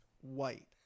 white